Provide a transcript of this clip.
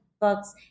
books